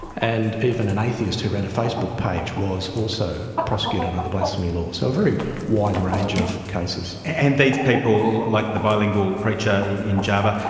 and even an atheist who ran a facebook page was also prosecuted under the blasphemy laws. so a very wide range of cases. and these people, like the bilingual preacher in java,